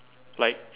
like